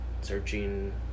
searching